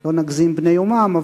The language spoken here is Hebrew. לא נגזים בני-יומם,